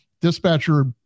dispatcher